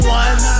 one